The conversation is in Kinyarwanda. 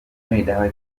ikarita